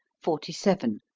forty seven.